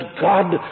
God